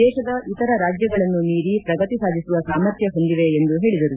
ದೇಶದ ಇತರ ರಾಜ್ಯಗಳನ್ನೂ ಮೀರಿ ಪ್ರಗತಿ ಸಾಧಿಸುವ ಸಾಮರ್ಥ್ಯ ಹೊಂದಿವೆ ಎಂದು ಹೇಳಿದರು